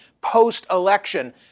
post-election